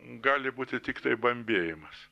gali būti tiktai bambėjimas